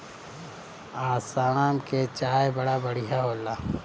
आसाम के चाय बड़ा बढ़िया होला